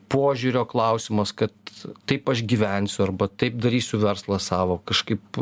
požiūrio klausimas kad taip aš gyvensiu arba taip darysiu verslą savo kažkaip